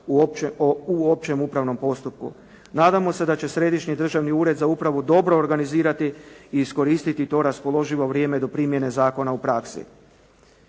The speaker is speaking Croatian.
u općem upravnom postupku. Nadamo se da će Središnji državni ured za upravu dobro organizirati i iskoristiti to raspoloživo vrijeme do primjene zakona u praksi.